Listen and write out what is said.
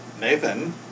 Nathan